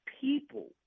people